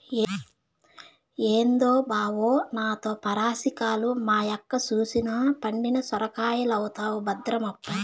ఏంది బావో నాతో పరాసికాలు, మా యక్క సూసెనా పండిన సొరకాయైతవు భద్రమప్పా